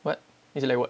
what is it like what